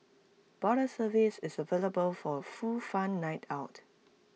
bottle service is available for full fun night out